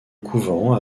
couvent